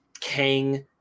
kang